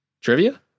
trivia